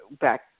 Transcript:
back